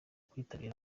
kwitabira